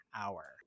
hour